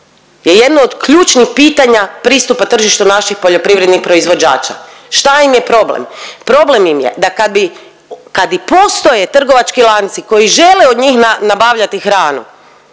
je jedno od ključnih pitanja pristupa tržištu naših poljoprivrednih proizvođača. Šta im je problem? problem im je da kad i postoje trgovački lanci koji žele od njih nabavljati hranu